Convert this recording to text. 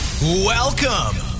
Welcome